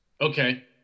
okay